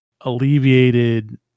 alleviated